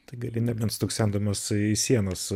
tai gali nebent stuksendamas į sienas